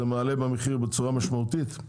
זה מעלה במחיר בצורה משמעותית?